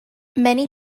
many